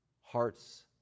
hearts